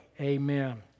Amen